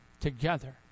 together